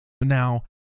Now